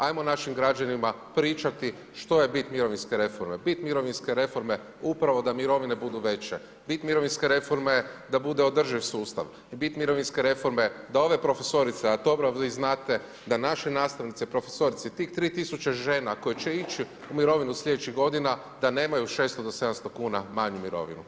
Ajmo našim građanima pričati što je bit mirovinske reforme, bit mirovinske reforme upravo da mirovine budu veće, bit mirovinske reforme da bude održiv sustav, bit mirovinske reforme da ove profesorice, a dobro vi znate da naši nastavnici, tih 3000 žena koji će ići u mirovinu sljedećih godina da nemaju 600 do 700kn manju mirovinu.